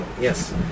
Yes